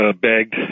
begged